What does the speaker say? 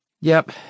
Yep